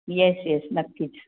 yes yes नक्कीच